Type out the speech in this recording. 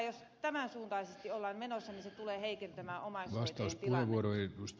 jos tähän suuntaan ollaan menossa se tulee heikentämään omaishoitajien tilannetta